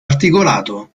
articolato